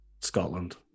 Scotland